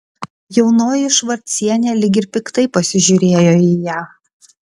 jaunoji švarcienė lyg ir piktai pasižiūrėjo į ją